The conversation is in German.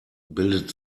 bildet